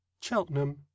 Cheltenham